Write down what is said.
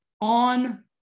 on